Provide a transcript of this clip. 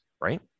right